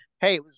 hey